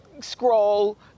scroll